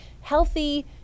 healthy